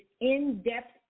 in-depth